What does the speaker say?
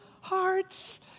hearts